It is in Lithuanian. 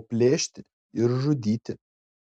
o plėšti ir žudyti